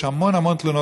יש המון המון תלונות.